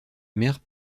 maire